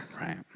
Right